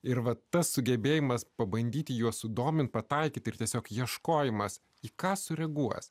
ir vat tas sugebėjimas pabandyti juos sudominti pataikyti ir tiesiog ieškojimas į ką sureaguos